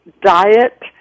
diet